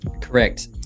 Correct